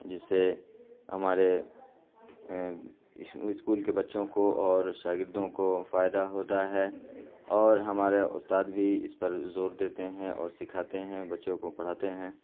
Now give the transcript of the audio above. جس سے ہمارے اسکول کے بچوں کو اور شاگردوں کو فائدہ ہوتا ہے اور ہمارے استاد بھی اس پر زور دیتے ہیں اور سکھاتے ہیں بچوں کو پڑھاتے ہیں